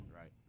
Right